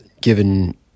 given